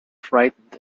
frightened